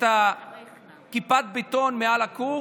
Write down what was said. את כיפת הבטון מעל הכור.